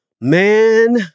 Man